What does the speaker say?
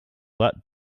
that